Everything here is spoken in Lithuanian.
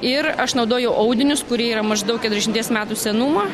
ir aš naudojau audinius kurie yra maždaug keturiašimties metų senumo